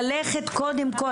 ללכת קודם כל,